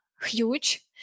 huge